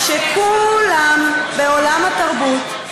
שכולם בעולם התרבות,